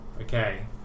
okay